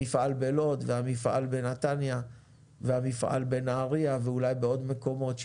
המפעל בלוד והמפעל בנתניה ובנהריה ואולי בעוד מקומות.